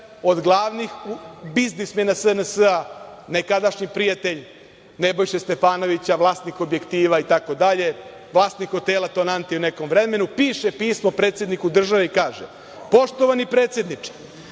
od glavnih biznismena SNS-a, nekadašnji prijatelj Nebojše Stefanovića, vlasnik „Objektiva“ itd, vlasnik hotela „Tonanti“ u nekom vremenu, piše pismo predsedniku države i kaže: „Poštovani predsedniče,